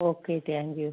okay thank you